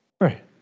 Right